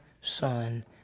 Son